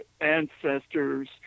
ancestors